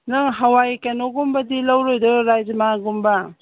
ꯅꯪ ꯍꯋꯥꯏ ꯀꯩꯅꯣꯒꯨꯝꯕꯗꯤ ꯂꯧꯔꯣꯏꯗ꯭ꯔꯥ ꯔꯥꯖꯃꯥꯒꯨꯝꯕ